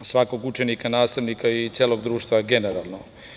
svakog učenika, nastavnika i celog društva generalno.